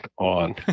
on